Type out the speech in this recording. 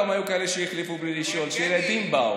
היו כאלה שהחליפו להם בלי לשאול, כשילדים באו.